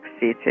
City